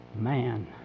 man